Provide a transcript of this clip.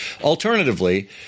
alternatively